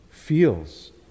feels